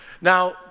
Now